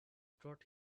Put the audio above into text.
brought